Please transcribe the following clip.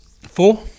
Four